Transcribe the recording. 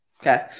Okay